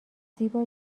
زیبا